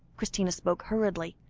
christina spoke hurriedly,